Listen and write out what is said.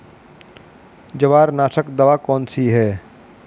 जवारनाशक दवा कौन सी है?